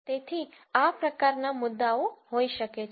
તેથી આ પ્રકારના મુદ્દાઓ હોઈ શકે છે